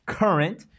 current